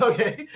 Okay